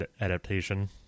adaptation